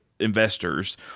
investors